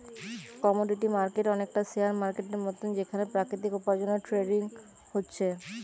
commodity market অনেকটা share মার্কেটের মতন যেখানে প্রাকৃতিক উপার্জনের ট্রেডিং হচ্ছে